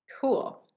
Cool